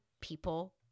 people